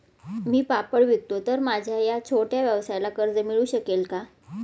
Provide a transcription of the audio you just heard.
मी पापड विकतो तर माझ्या या छोट्या व्यवसायाला कर्ज मिळू शकेल का?